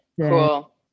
Cool